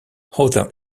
other